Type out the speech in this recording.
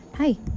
Hi